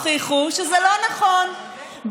שזה לא נכון,